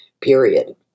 period